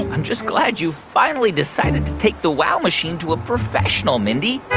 i'm just glad you finally decided to take the wow machine to a professional, mindy